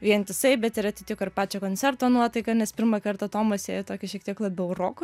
vientisai bet ir atitiko ir pačią koncerto nuotaiką nes pirmą kartą tomas ėjo tokį šiek tiek labiau roko